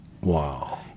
Wow